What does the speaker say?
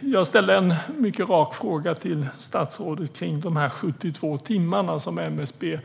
Jag ställde en mycket rak fråga till statsrådet om detta med 72 timmar, som MSB